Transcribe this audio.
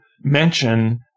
mention